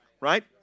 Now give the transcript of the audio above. right